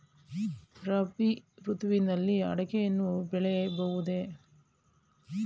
ರಾಬಿ ಋತುವಿನಲ್ಲಿ ಅಡಿಕೆಯನ್ನು ಬೆಳೆಯಬಹುದೇ?